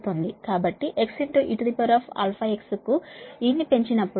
కాబట్టి x eαx కు e ని పెంచినప్పుడు